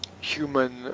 human